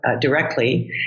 directly